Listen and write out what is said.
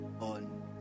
on